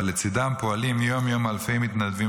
אבל לצידם פועלים יום-יום אלפי מתנדבים,